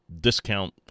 discount